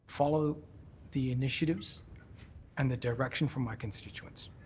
follow the initiatives and the direction from my constituents.